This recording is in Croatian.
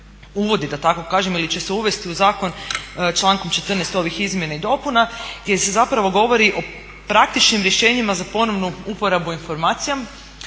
da tako kažemo ili će se uvesti u zakon člankom 14. ovih izmjena i dopuna gdje se zapravo govori o praktičnim rješenjima za ponovnu uporabu informacija.